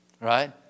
Right